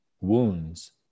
wounds